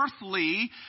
earthly